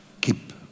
keep